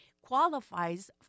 qualifies